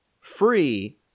free